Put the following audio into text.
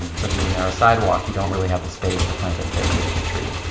so if you have a narrow sidewalk, you don't really have the space to plant a thick leafy tree.